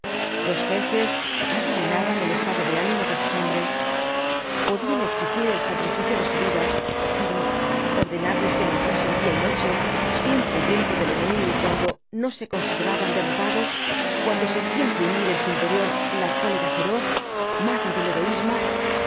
los jefes adivinaban el estado de ánimo de sus hombres podían exigir el sacrificio de su vida pero ordenarles que marchasen día y noche siempre huyendo del enemigo cuando no se consideraban derrotados cuando sentían gruñir en su interior la cólera feroz madre del heroísmo